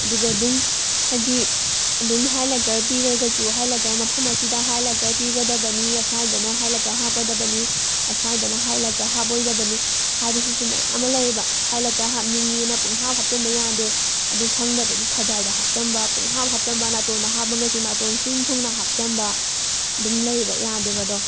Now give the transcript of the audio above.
ꯑꯗꯨꯒ ꯑꯗꯨꯝ ꯍꯥꯏꯗꯤ ꯑꯗꯨꯝ ꯍꯥꯏ ꯂꯥꯏꯇꯔ ꯄꯤꯔꯒꯁꯨ ꯍꯥꯏ ꯂꯥꯏꯇꯔ ꯃꯐꯝ ꯑꯁꯤꯗ ꯍꯥꯏ ꯂꯥꯏꯇꯔ ꯄꯤꯒꯗꯕꯅꯤ ꯑꯁ꯭ꯋꯥꯏꯗꯅ ꯍꯥꯏ ꯂꯥꯏꯇꯔ ꯍꯥꯞꯀꯗꯕꯅꯤ ꯑꯁ꯭ꯋꯥꯏꯗꯅ ꯍꯥꯏ ꯂꯥꯏꯇꯔ ꯍꯥꯞꯄꯣꯏꯗꯕꯅꯤ ꯍꯥꯏꯕꯁꯤꯁꯨ ꯃꯌꯥꯝ ꯑꯃ ꯂꯩꯑꯕ ꯍꯥꯏ ꯂꯥꯏꯇꯔ ꯍꯥꯞꯅꯤꯡꯉꯦꯅ ꯄꯨꯡꯍꯥꯞ ꯍꯥꯞꯆꯤꯟꯕ ꯌꯥꯗꯦ ꯑꯗꯨ ꯈꯪꯗꯕꯒꯤ ꯈꯖꯥꯏꯗ ꯍꯥꯞꯆꯟꯕ ꯄꯨꯡꯍꯥꯞ ꯍꯥꯞꯆꯟꯕ ꯅꯥꯇꯣꯟꯗ ꯍꯥꯞꯄꯒꯁꯨ ꯅꯥꯇꯣꯟ ꯁꯤꯟ ꯊꯨꯡꯅ ꯍꯥꯞꯆꯟꯕ ꯑꯗꯨꯝ ꯂꯩꯑꯕ ꯌꯥꯗꯦꯕ ꯑꯗꯣ